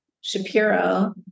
Shapiro